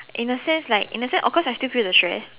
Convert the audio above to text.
in a sense like in a sense of course I still feel the stress